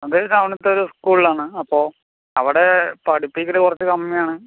അത് ടൗണിത്തെയൊരു സ്കൂളിലാണ് അപ്പോൾ അവിടെ പഠിപ്പിക്കൽ കുറച്ച് കമ്മിയാണ്